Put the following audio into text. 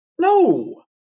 No